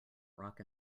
rock